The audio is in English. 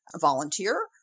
volunteer